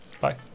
Bye